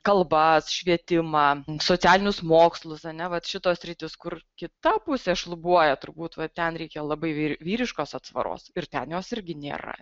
kalbas švietimą socialinius mokslus a ne vat šitos sritis kur kita pusė šlubuoja turbūt va ten reikia labai vy vyriškos atsvaros ir ten jos irgi nėra